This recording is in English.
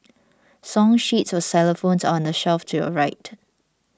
song sheets for xylophones are on the shelf to your right